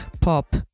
pop